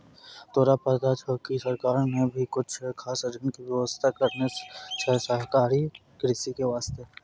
तोरा पता छौं कि सरकार नॅ भी कुछ खास ऋण के व्यवस्था करनॅ छै सहकारी कृषि के वास्तॅ